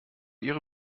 ihre